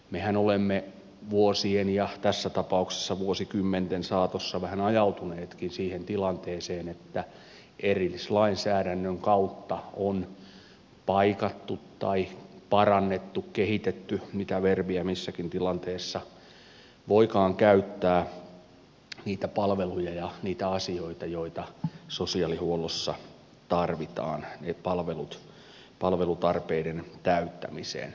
mehän olemme vuosien ja tässä tapauksessa vuosikymmenten saatossa vähän ajautuneetkin siihen tilanteeseen että erillislainsäädännön kautta on paikattu tai parannettu kehitetty mitä verbiä missäkin tilanteessa voikaan käyttää niitä palveluja ja asioita joita sosiaalihuollossa tarvitaan palvelutarpeiden täyttämiseen